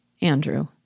Andrew